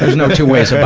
no two ways